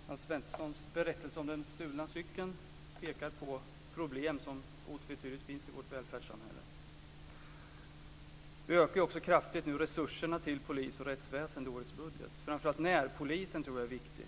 Herr talman! Alf Svenssons berättelse om den stulna cykeln pekar på problem som otvetydigt finns i vårt välfärdssamhälle. I årets budget ökar vi kraftigt resurserna till polis och rättsväsendet. Framför allt närpolisen tror jag är viktig